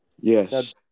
Yes